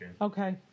Okay